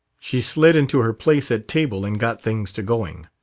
she slid into her place at table and got things to going.